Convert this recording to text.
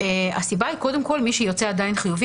הסיבה היא שמי שיוצא חיובי,